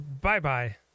Bye-bye